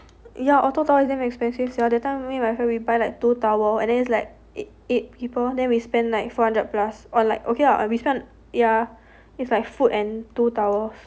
ya auto tower is damn expensive sia that time me and my friends we buy like two towers and then it's like eight eight people then we spend like four hundred plus on like okay ah we spend on ya it's like food and two towers